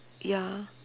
ya